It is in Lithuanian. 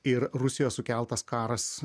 ir rusijos sukeltas karas